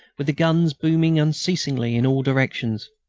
with the guns booming unceasingly in all directions.